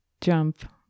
jump